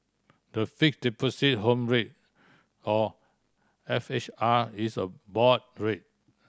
the Fixed Deposit Home Rate or F H R is a board rate